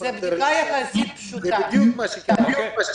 זה בדיוק מה שקרה.